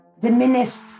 diminished